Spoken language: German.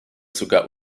sogar